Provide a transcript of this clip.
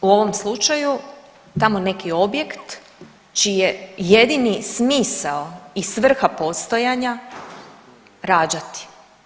U ovom slučaju tamo neki objekt čiji je jedini smisao i svrha postojanja rađati.